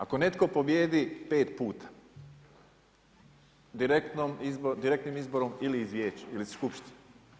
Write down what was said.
Ako netko pobijedi 5 puta, direktnim izborom ili izvješćem ili skupštinom.